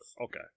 Okay